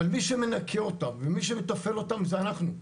אבל מי שמנקה אותם ומתפעל אותם זה אנחנו.